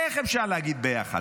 איך אפשר להגיד "ביחד"?